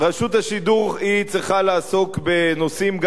שרשות השידור צריכה לעסוק בנושאים,